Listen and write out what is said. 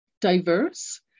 diverse